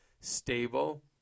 stable